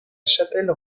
chapelle